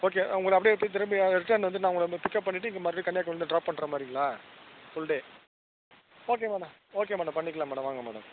okay உங்களை அப்படியே போய் திரும்பி ரிட்டன் வந்துட்டு நான் உங்களை பிக்அப் பண்ணிட்டு இங்கே மறுபடி கன்னியகுமரியில் ட்ராப் பண்ணுற மாதிரிங்களா full day okay madam okay madam பண்ணிக்கலாம் மேடம் வாங்க மேடம்